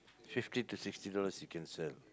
fifty to sixty dollars you can sell